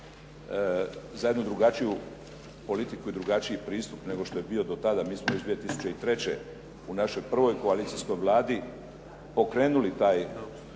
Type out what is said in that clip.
za jednu drugačiju politiku i drugačiji pristup nego što je bio do tada, mi smo iz 2003. u našoj prvoj koalicijskoj Vladi pokrenuli taj